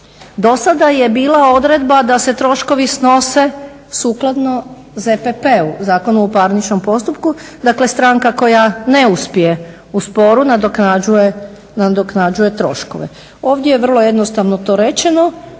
Do sada je bila odredba da se troškovi snose sukladno Zakonu o parničnom postupku, dakle stranka koja ne uspije u sporu nadoknađuje troškove. Ovdje je vrlo jednostavno to rečeno